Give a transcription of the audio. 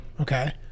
Okay